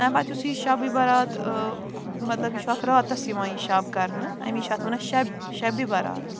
اَمہِ پتہٕ یُس شبِ برات مطلب یہِ چھُ اَکھ راتس یِوان یہِ شَب کَرنہٕ امی چھِ اَتھ وَنا شب شبِ بَرات